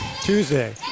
Tuesday